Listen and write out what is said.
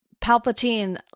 Palpatine